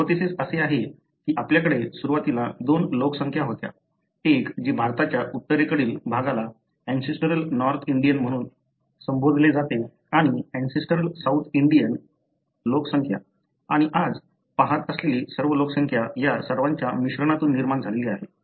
hypothesis असे आहे की आपल्याकडे सुरुवातीला दोन लोकसंख्या होत्या एक जी भारताच्या उत्तरेकडील भागाला अँसेस्ट्रल नॉर्थ इंडियन म्हणून तर संबोधले जाते आणि अँसेस्ट्रल साऊथ इंडियन लोकसंख्या आणि आज पहात असलेली सर्व लोकसंख्या या सर्वांच्या मिश्रणातून निर्माण झाली आहे